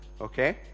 Okay